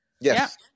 yes